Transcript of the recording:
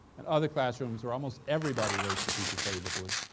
and other classrooms where almost everybody rates the teacher favorably,